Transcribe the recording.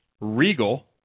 Regal